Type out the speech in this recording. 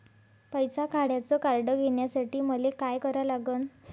पैसा काढ्याचं कार्ड घेण्यासाठी मले काय करा लागन?